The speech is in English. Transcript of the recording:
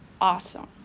Awesome